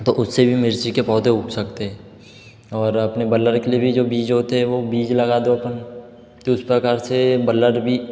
तो उससे भी मिर्ची के पौधे उग सकते है और अपने बल्लर के लिए भी जो बीज होते हे वो बीज लगा दो अपन तो उस प्रकार से बल्लर भी